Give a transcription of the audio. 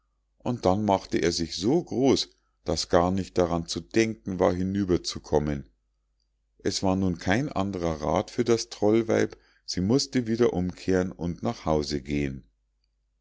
und dann machte er sich so groß daß gar nicht daran zu denken war hinüber zu kommen es war nun kein andrer rath für das trollweib sie mußte wieder umkehren und nach hause gehen